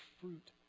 fruit